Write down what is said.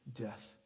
death